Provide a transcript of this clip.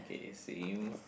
okay same